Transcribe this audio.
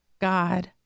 God